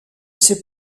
ces